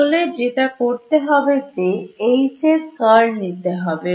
তাহলে যেটা করতে হবে যে H এর curl নিতে হবে